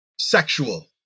sexual